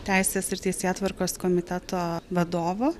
teisės ir teisėtvarkos komiteto vadovo